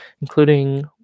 including